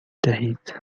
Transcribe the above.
دهید